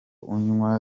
unywa